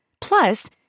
Plus